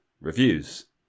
reviews